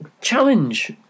challenge